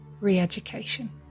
re-education